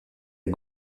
est